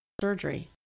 Surgery